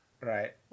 right